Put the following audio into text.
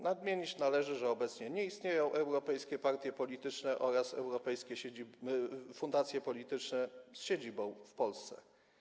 Nadmienić należy, że obecnie nie istnieją europejskie partie polityczne oraz europejskie fundacje polityczne z siedzibą w Polsce.